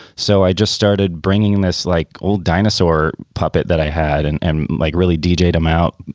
so i just started bringing this like old dinosaur puppet that i had and and like, really, d j. them out,